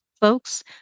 folks